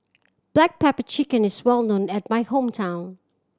black pepper chicken is well known at my hometown